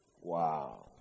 Wow